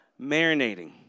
marinating